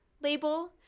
label